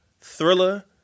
Thriller